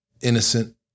innocent